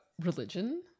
religion